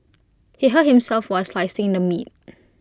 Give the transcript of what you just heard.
he hurt himself while slicing the meat